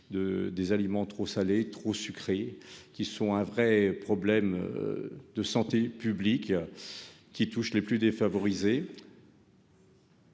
des aliments trop salés ou trop sucrés. Il s'agit d'un vrai problème de santé publique, qui touche les plus défavorisés,